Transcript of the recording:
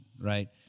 right